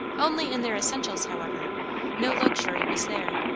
only in their essentials, however no luxury was there.